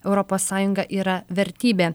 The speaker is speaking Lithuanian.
europos sąjunga yra vertybė